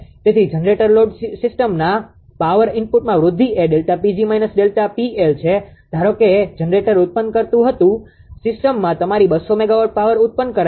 તેથી generator load સિસ્ટમના power ઇનપુટમાં વૃદ્ધિ એ છે ધારો કે જનરેટર ઉત્પન્ન કરતું હતું સિસ્ટમમાં તમારી 200 મેગાવોટ પાવર ઉત્પન્ન કરાઈ છે